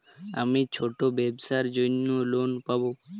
আমি ছোট ব্যবসার জন্য লোন পাব?